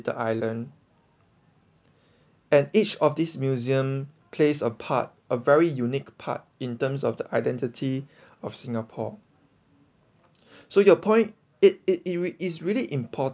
the island and each of these museum plays a part a very unique part in terms of the identity of singapore so your point it it it rea~ it is really import